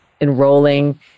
enrolling